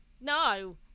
no